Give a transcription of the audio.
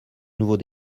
nouveau